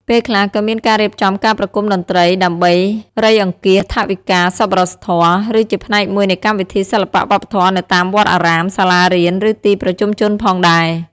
ពេលខ្លះក៏មានការរៀបចំការប្រគំតន្ត្រីដើម្បី រៃអង្គាសថវិកាសប្បុរសធម៌ ឬជាផ្នែកមួយនៃកម្មវិធីសិល្បៈវប្បធម៌នៅតាមវត្តអារាម សាលារៀន ឬទីប្រជុំជនផងដែរ ។